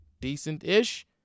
decent-ish